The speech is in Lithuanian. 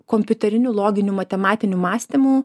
kompiuteriniu loginiu matematiniu mąstymu